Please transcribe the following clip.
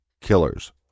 killers